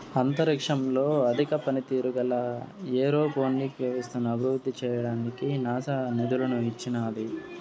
అంతరిక్షంలో అధిక పనితీరు గల ఏరోపోనిక్ వ్యవస్థను అభివృద్ధి చేయడానికి నాసా నిధులను ఇచ్చినాది